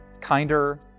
kinder